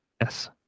Yes